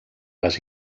les